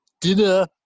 Dinner